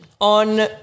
On